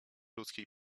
ludzkiej